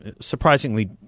surprisingly –